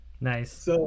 Nice